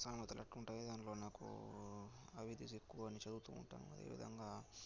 సామెతలు ఎక్కడ ఉంటాయో దాంట్లో నాకు అవి అయితే ఈజీ అని ఎక్కువ చదువుతూ ఉంటాను అదేవిధంగా